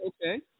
okay